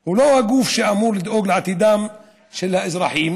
הוא לא הגוף שאמור לדאוג לעתידם של האזרחים.